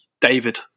david